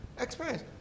experience